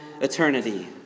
eternity